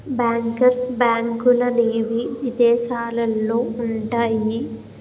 bankers బ్యాంకులనేవి ఇదేశాలల్లో ఉంటయ్యి